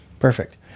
Perfect